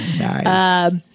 Nice